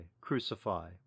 crucify